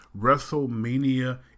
Wrestlemania